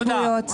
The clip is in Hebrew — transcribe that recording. הסתייגויות.